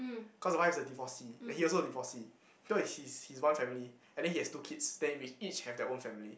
cause the wife is a divorcee and he also a divorcee so he's he's is one family and then he has two kids then with each have their own family